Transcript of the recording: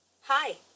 Hi